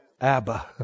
Abba